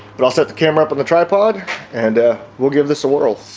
but i'll set the camera up on the tripod and we'll give this a whirl